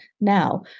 now